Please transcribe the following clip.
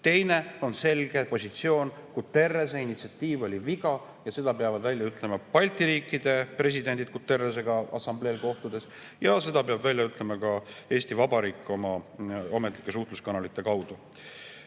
teine on selge positsioon, et Guterrese initsiatiiv oli viga, ja seda peavad välja ütlema Balti riikide presidendid Guterresega assambleel kohtudes ja seda peab välja ütlema ka Eesti Vabariik oma ametlike suhtluskanalite kaudu.